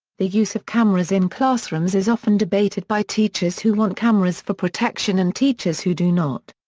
the use of cameras in classrooms is often debated by teachers who want cameras for protection and teachers who do not.